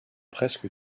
presque